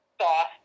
sauce